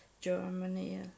Germany